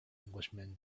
englishman